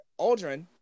Aldrin